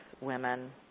women